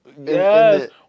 yes